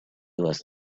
was